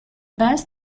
best